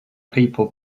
people